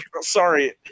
Sorry